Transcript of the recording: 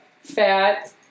fat